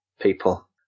people